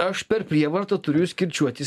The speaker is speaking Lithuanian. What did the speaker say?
aš per prievartą turiu jus kirčiuoti